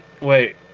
wait